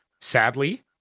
sadly